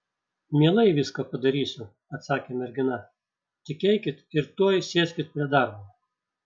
mielai viską padarysiu atsakė mergina tik eikit ir tuoj sėskit prie darbo